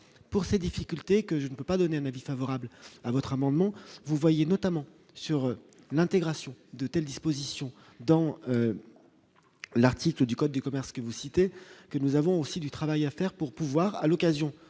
pour ces difficultés que je ne. Pas donné un avis favorable à votre amendement, vous voyez, notamment sur l'intégration de telles dispositions dans l'article du Code du commerce, que vous citez, que nous avons aussi du travail à faire pour pouvoir, à l'occasion